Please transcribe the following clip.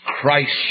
Christ